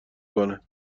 کنه